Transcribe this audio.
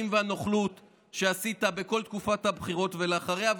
והנוכלות שעשית בכל תקופת הבחירות ואחריה.